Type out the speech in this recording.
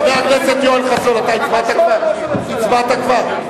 חבר הכנסת יואל חסון, הצבעת כבר?